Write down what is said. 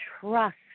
trust